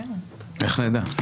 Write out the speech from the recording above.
איך נדע?